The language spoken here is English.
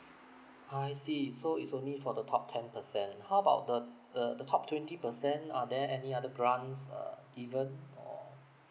I see so it's only for the top ten percent how about the the the top twenty percent are there any other grants err even or